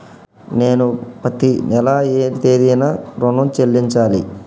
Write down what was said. నేను పత్తి నెల ఏ తేదీనా ఋణం చెల్లించాలి?